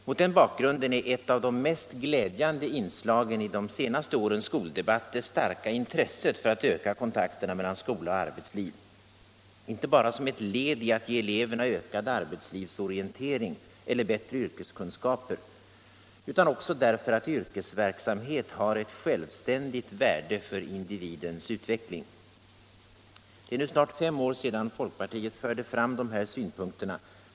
Mot denna bakgrund är ett av de mest glädjande inslagen i de senaste årens skoldebatt det starka intresset för att öka kontakterna mellan skola och arbetsliv, inte bara som ett led i att ge eleverna ökad arbetslivsorientering eller bättre yrkeskunskaper utan också därför att yrkesverksamhet har ett självständigt värde för individens utveckling. Det är nu snart fem år sedan folkpartiet förde fram de här synpunkterna.